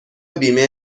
بیمه